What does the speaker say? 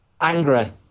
Angry